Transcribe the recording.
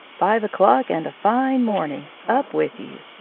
five o'clock and a fine morning. up with you!